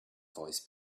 voice